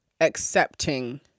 accepting